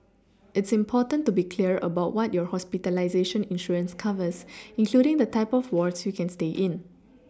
it's important to be clear about what your hospitalization insurance covers including the type of wards you can stay in